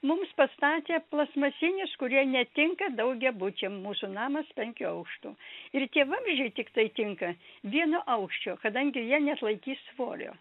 mums pastatė plastmasinius kurie netinka daugiabučiam mūsų namas penkių aukštų ir tie vamzdžiai tiktai tinka vieno aukščio kadangi jie neatlaikys svorio